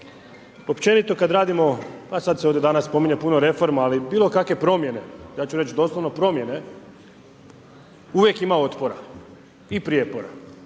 općenito kad radimo, pa sada se ovdje danas spominje puno reforma, ali bilo kakve promjene, ja ću reći doslovno promjene, uvijek ima otpora i prijepora.